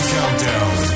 Countdown